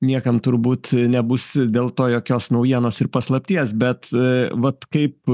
niekam turbūt nebus dėl to jokios naujienos ir paslapties bet vat kaip